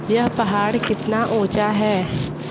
यह पहाड़ कितना ऊँचा है